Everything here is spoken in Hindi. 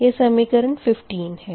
यह समीकरण 15 है